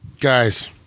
Guys